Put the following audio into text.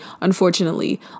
unfortunately